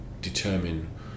determine